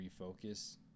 refocus